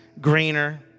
greener